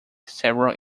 several